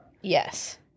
Yes